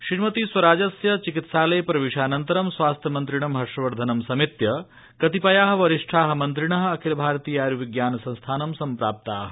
श्रीमतीस्वराजस्य चिकित्सालये प्रवेशानन्तर स्वास्थ्य मन्त्रिणं हर्षवर्धनं समेत्य कतिपयाः वरिष्ठाः मन्त्रिणः अखिलभारतीयाय्विज्ञानसंस्थानं सम्प्राप्ताः